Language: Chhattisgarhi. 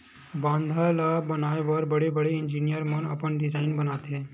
बांधा ल बनाए बर बड़े बड़े इजीनियर मन अपन डिजईन बनाथे